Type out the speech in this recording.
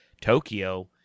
tokyo